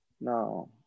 No